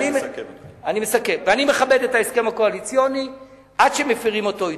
אני מכבד את ההסכם הקואליציוני עד שמפירים אותו אתי.